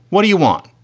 what do you want?